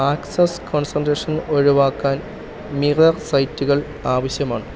access concentration ഒഴിവാക്കാൻ mirror സൈറ്റുകൾ ആവശ്യമാണ്